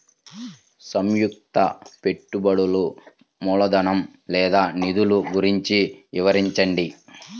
సంయుక్త పెట్టుబడులు మూలధనం లేదా నిధులు గురించి వివరించండి?